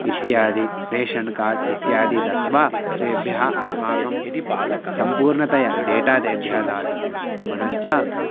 इत्यादि ration card इत्यादि दत्त्वा तेभ्यः अस्माकं सम्पूर्णतया डेटा तेभ्यः दातव्यं पुनश्च